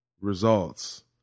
results